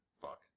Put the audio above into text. Fuck